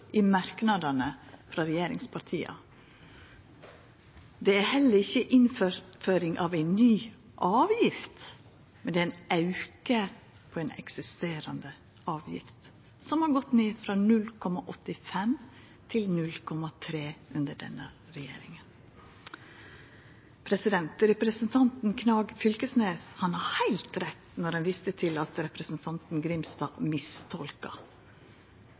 i merknadene frå regjeringspartia. Det er heller ikkje ei innføring av ei ny avgift. Det er ein auke av ei eksisterande avgift, som har gått ned frå 0,85 pst. til 0,3 pst. under denne regjeringa. Representanten Knag Fylkesnes har heilt rett når han viser til at representanten Grimstad